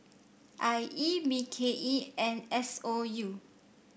I E B K E and S O U